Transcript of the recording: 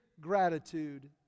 gratitude